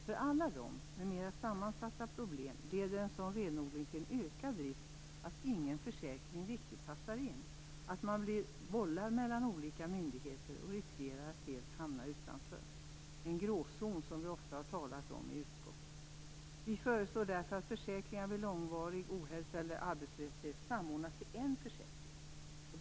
För alla dem med mera sammansatta problem leder en sådan renodling till en ökad risk att ingen försäkring riktigt passar in, att man blir bollad mellan olika myndigheter och riskerar att helt hamna utanför. Det är en gråzon som vi ofta har talat om i utskottet. Vi föreslår därför att försäkringar vid långvarig ohälsa eller arbetslöshet samordnas till en försäkring.